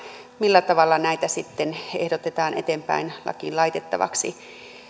millä tavalla näitä sitten ehdotetaan eteenpäin lakiin laitettavaksi